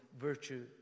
virtue